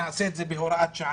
שנעשה את זה בהוראת שעה.